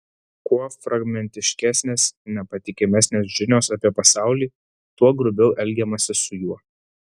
kuo fragmentiškesnės nepatikimesnės žinios apie pasaulį tuo grubiau elgiamasi su juo